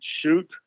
shoot